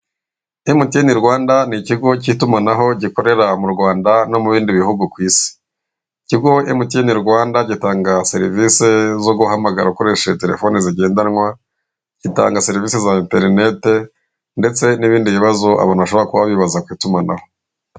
Emutiyeni Rwanda ni ikigo cy'itumanaho gikorera mu Rwanda no mu bindi bihugu ku isi ikigo emutiyene Rwanda gitanga serivisi zo guhamagara ukoresheje telefoni zigendanwa, gitanga serivisi za enterinete ndetse n'ibindi bibazo abantu bashobora kuba bibaza ku itumanaho.